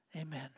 Amen